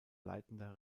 leitender